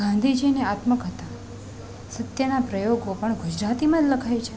ગાંધીજીની આત્મકથા સત્યનાં પ્રયોગો પણ ગુજરાતીમાં જ લખાઈ છે